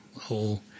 whole